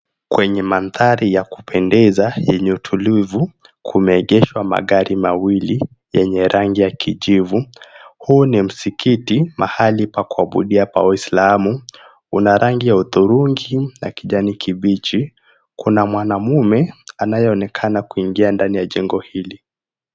Kwenye mandhari ya kupendeza yenye utulivu, kumeegeshwa magari mawili yenye rangi ya kijivu. Huu ni msikiti, mahali pa kuabudia pa waislamu, una rangi ya hudhurungi na kijani kibichi. Kuna mwanamume anayeonekana kuingia ndani ya jengo hili.